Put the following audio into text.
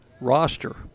roster